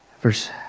Verse